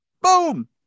boom